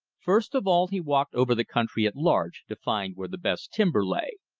first of all he walked over the country at large, to find where the best timber lay.